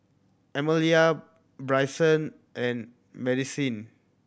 Amalia Bryson and Madisyn